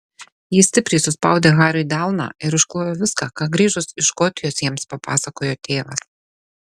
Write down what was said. ji stipriai suspaudė hariui delną ir išklojo viską ką grįžus iš škotijos jiems papasakojo tėvas